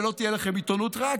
ולא תהיה לכם עיתונות רעה,